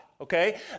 okay